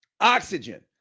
oxygen